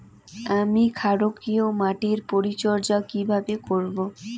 আমি ক্ষারকীয় মাটির পরিচর্যা কিভাবে করব?